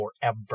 forever